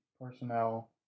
personnel